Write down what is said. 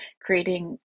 creating